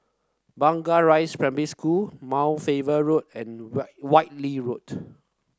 Blangah Rise Primary School Mount Faber Road and Whitley Road